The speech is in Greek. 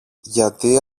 γιατί